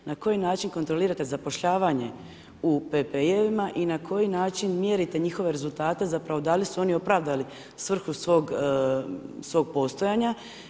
Na koji način kontrolirate zapošljavanje u PPJ-ima i na koji način mjerite njihove rezultate, zapravo da li su oni opravdali svrhu svog postojanja.